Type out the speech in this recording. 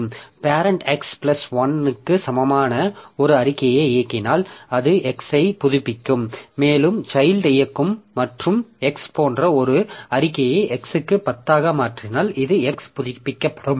parent x plus 1 க்கு சமமான ஒரு அறிக்கையை இயக்கினால் அது இந்த x ஐ புதுப்பிக்கும் மேலும் சைல்ட் இயக்கும் மற்றும் x போன்ற ஒரு அறிக்கையை x க்கு 10 ஆக மாற்றினால் இந்த x புதுப்பிக்கப்படும்